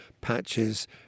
patches